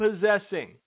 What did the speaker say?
possessing